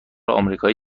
آمریکایی